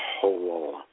whole